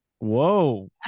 whoa